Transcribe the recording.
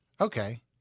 Okay